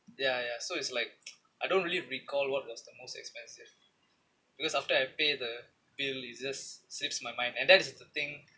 ya ya so is like I don't really recall what was the most expensive because after I pay the bill it just slips my mind and that is the thing